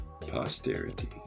posterity